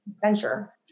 venture